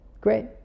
great